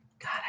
God